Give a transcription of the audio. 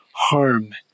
harm